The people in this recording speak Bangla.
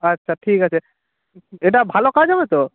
আচ্ছা ঠিক আছে এটা ভালো কাজ হবে তো